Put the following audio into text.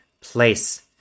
place